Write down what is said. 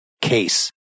case